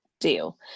deal